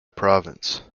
province